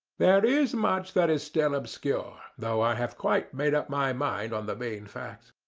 there is much that is still obscure, though i have quite made up my mind on the main facts.